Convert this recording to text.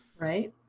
right.